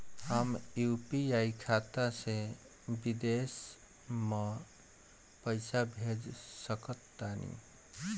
हम यू.पी.आई खाता से विदेश म पइसा भेज सक तानि?